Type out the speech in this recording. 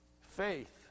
Faith